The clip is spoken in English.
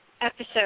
episode